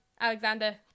Alexander